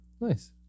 Nice